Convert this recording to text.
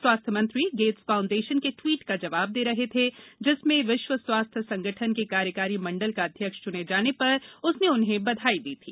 स्वास्थ्य मंत्री गृष्ठ्स फाउंडश्वन का ट्वीट का जवाब द रह थ जिसमें विश्व स्वास्थ्य संगठन का कार्यकारी मंडल का अध्यक्ष चन जान पर उसन उन्हें बधाई दी थी